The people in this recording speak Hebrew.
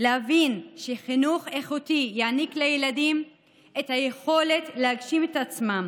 להבין שחינוך איכותי יעניק לילדים את היכולת להגשים את עצמם